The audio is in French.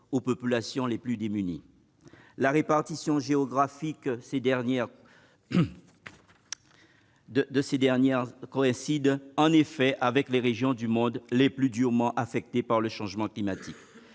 aux populations les plus démunies. La répartition géographique de celles-ci coïncide, en effet, avec la carte des régions du monde le plus durement affectées par le changement climatique.